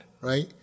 right